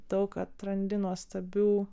daug atrandi nuostabių